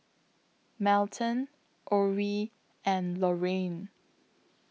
Melton Orie and Lorrayne